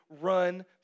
run